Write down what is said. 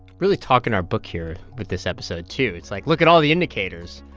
really talking our book here with this episode, too. it's like, look at all the indicators.